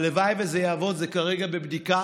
הלוואי שזה יעבוד, זה כרגע בבדיקה.